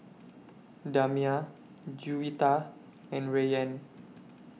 Damia Juwita and Rayyan